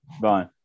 bye